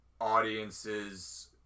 audiences